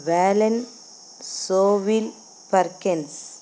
వ్యాలెన్ సోవిల్ ఫర్కెన్స్